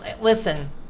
Listen